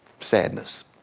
sadness